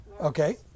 Okay